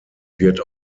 wird